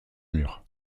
murs